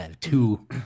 two